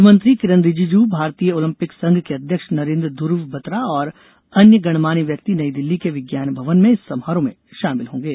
खेल मंत्री किरेन रिजीजू भारतीय ओलंपिक संघ के अध्यक्ष नरेन्द्र ध्यव बत्रा और अन्य गणमान्य व्यक्ति नई दिल्ली के विज्ञान भवन में इस समारोह में शामिल होंगे